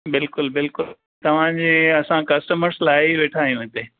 बिल्कुलु बिल्कुलु तव्हां जी असां कस्टमर्स लाइ ई वेठा आहियूं हिते